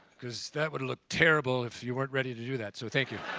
because that would look terrible if you weren't ready to do that. so thank you.